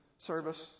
service